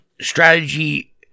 strategy